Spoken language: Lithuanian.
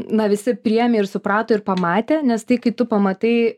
na visi priėmė ir suprato ir pamatė nes tai kai tu pamatai